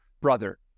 brother